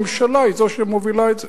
הממשלה היא זו שמובילה את זה,